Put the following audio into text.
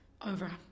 over